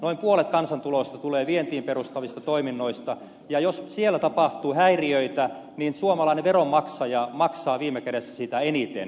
noin puolet kansantulosta tulee vientiin perustuvista toiminnoista ja jos siellä tapahtuu häiriöitä niin suomalainen veronmaksaja maksaa viime kädessä siitä eniten